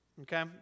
Okay